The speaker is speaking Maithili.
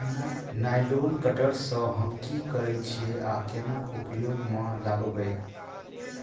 नाइलोन कटर सँ हम की करै छीयै आ केना उपयोग म लाबबै?